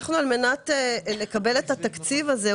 על-מנת לקבל את התקציב הזה,